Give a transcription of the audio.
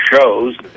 shows